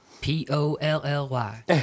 P-O-L-L-Y